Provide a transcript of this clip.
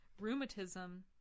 rheumatism